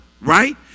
right